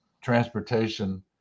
transportation